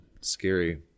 scary